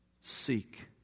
Seek